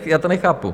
Já to nechápu.